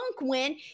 win